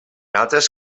altres